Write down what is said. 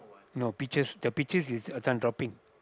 no pictures the pictures is uh this one dropping